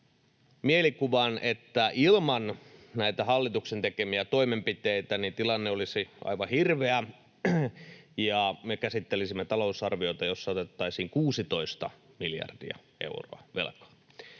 mielikuvan, että ilman näitä hallituksen tekemiä toimenpiteitä tilanne olisi aivan hirveä ja me käsittelisimme talousarviota, jossa otettaisiin 16 miljardia euroa velkaa.